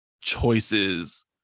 choices